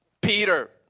Peter